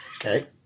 Okay